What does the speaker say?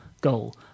goal